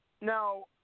now